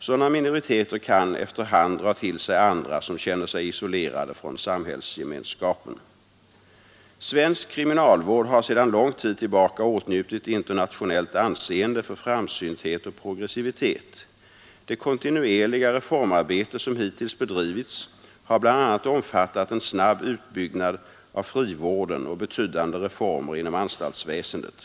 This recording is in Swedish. Sådana minoriteter kan efter hand dra till sig andra som känner sig isolerade från samhällsgemenskapen. Svensk kriminalvård har sedan lång tid tillbaka åtnjutit internationellt anseende för framsynthet och progressivitet. Det kontinuerliga reformarbete som hittills bedrivits har bl.a. omfattat en snabb utbyggnad av frivården och betydande reformer inom anstaltsväsendet.